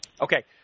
Okay